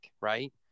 right